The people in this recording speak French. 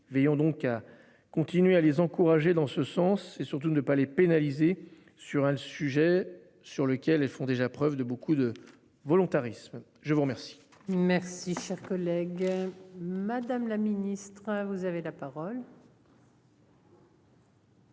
veillons donc à continuer à les encourager dans ce sens et surtout ne pas les pénaliser sur un sujet sur lequel font déjà preuve de beaucoup de volontarisme, je vous remercie. Merci cher collègue. Madame la ministre vous avez la parole.